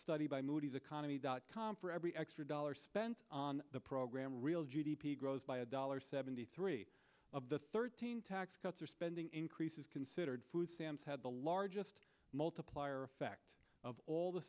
study by moody's economy dot com for every extra dollar spent on the program real g d p grows by a dollar seventy three of the thirteen tax cuts or spending increases considered food stamps had the largest multiplier effect of all the